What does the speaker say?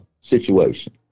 situation